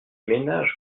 ménages